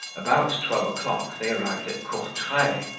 about twelve o'clock they arrived at courtray,